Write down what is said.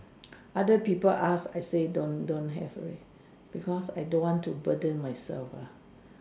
other people ask I say don't don't have already because I don't want to burden myself ah